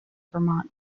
vermont